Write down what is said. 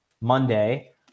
Monday